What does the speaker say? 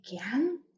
again